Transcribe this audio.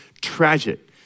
tragic